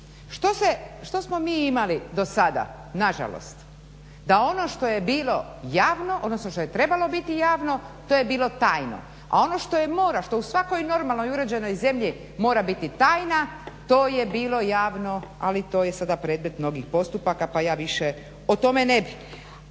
Što smo mi imali do sada nažalost, da ono što je trebalo biti javno to je bilo tajno, a ono što je mora što u svakoj normalnoj i uređenoj zemlji mora biti tajna to je bilo javno, ali to je sada predmet mnogih postupaka pa ja više o tome ne bih.